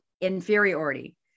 inferiority